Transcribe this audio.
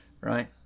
right